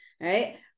right